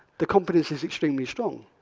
the confidence is extremely strong.